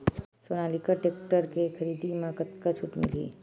Sonalika tractor के खरीदी मा कतका छूट मीलही?